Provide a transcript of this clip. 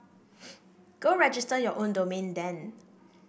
go register your own domain then